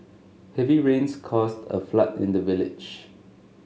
heavy rains caused a flood in the village